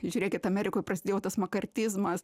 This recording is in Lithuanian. žiūrėkit amerikoj prasidėjo tas makartizmas